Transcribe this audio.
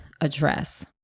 address